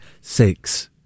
Six